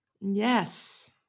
yes